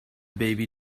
baby